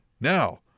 Now